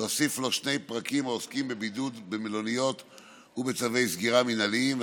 להוסיף לו שני פרקים העוסקים בבידוד במלוניות ובצווי סגירה מינהליים,